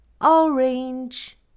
Orange